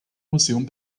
museum